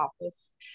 office